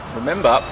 remember